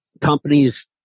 Companies